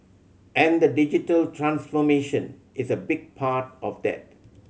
and the digital transformation is a big part of that